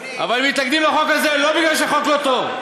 אבל מתנגדים לחוק הזה לא בגלל שהחוק לא טוב.